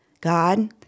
God